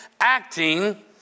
acting